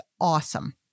awesome